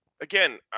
again